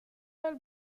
del